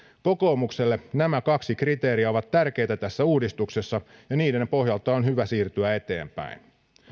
kokoomukselle nämä kaksi kriteeriä ovat tärkeitä tässä uudistuksessa ja niiden pohjalta on hyvä siirtyä eteenpäin